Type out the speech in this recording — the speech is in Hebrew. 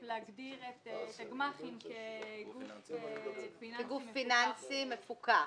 להגדיר את הגמ"חים כגוף פיננסי מפוקח,